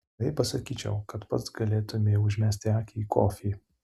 o jei pasakyčiau kad pats galėtumei užmesti akį į kofį